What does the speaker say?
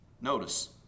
Notice